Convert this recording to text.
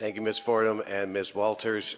thank you miss fordham and miss walters